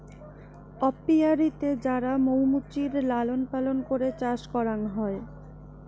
অপিয়ারীতে যারা মৌ মুচির লালন পালন করে চাষ করাং